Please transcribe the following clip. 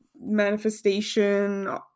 manifestation